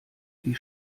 die